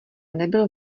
nebyl